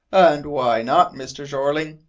and why not, mr. jeorling?